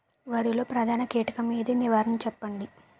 వరిలో ప్రధాన కీటకం ఏది? నివారణ చెప్పండి?